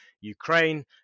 Ukraine